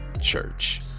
church